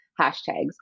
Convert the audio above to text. hashtags